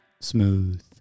Smooth